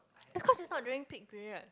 is cause it's not during peak period